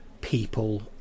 people